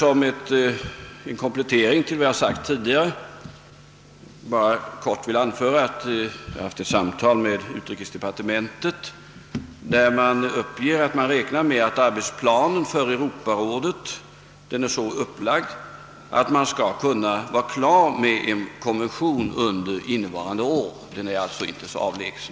Som en komplettering till vad jag tidigare sagt, vill jag bara meddela att jag har haft ett samtal med vederbörande på utrikesdepartementet och därvid fått den uppgiften att man räknar med att arbetsplanen för Europarådet är så upplagd att man kan bli klar med en konvention på detta område under innevarande år. Den är alltså inte så avlägsen.